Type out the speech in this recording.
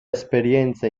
esperienza